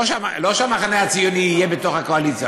לא שהמחנה הציוני יהיה בתוך הקואליציה,